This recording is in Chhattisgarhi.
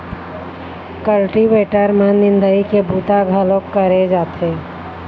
कल्टीवेटर म निंदई के बूता घलोक करे जाथे